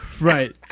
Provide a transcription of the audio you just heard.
Right